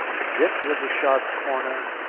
this was a sharp corner.